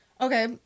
okay